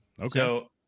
Okay